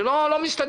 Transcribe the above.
זה לא מסתדר,